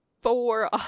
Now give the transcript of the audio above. four